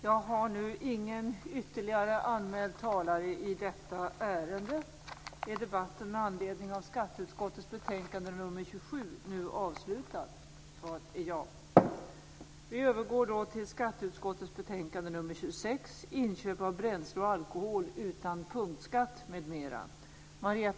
Jag yrkar bifall till hemställan i betänkandet.